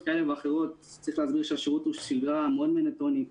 צריך להסביר שהשירות הוא סדרה מאוד מונוטונית.